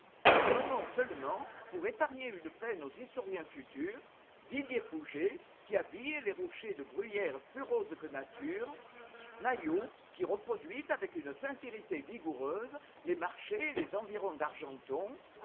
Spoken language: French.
nommons seulement pour épargner une peine aux historiens futurs didier pouget qui habille les rochers de bruyères plus roses que nature maillaud qui reproduit avec une sincérité vigoureuse les marchés et les environs d'argenton